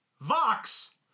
Vox